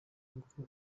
kuko